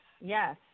yes